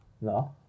No